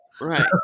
Right